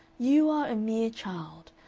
you are a mere child.